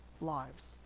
lives